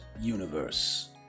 universe